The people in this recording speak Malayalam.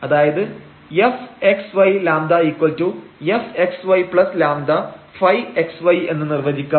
അതായത് Fxyλfxyλ ϕxy എന്ന് നിർവചിക്കാം